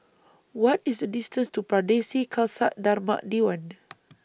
What IS The distance to Pardesi Khalsa Dharmak Diwan